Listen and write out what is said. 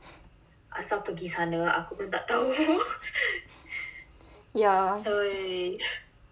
ya